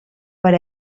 per